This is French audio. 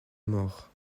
mort